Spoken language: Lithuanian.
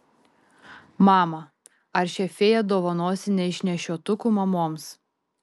mama ar šią fėją dovanosi neišnešiotukų mamoms